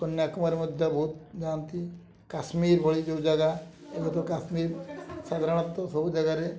କନ୍ୟାକୁମାରୀ ମଧ୍ୟ ବହୁତ ଯାଆନ୍ତି କାଶ୍ମୀର ଭଳି ଯେଉଁ ଜାଗା ଏବଂ ତ କାଶ୍ମୀର ସାଧାରଣତଃ ସବୁ ଜାଗାରେ